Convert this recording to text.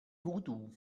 voodoo